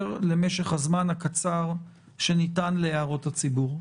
למשך הזמן הקצר שניתן להערות הציבור.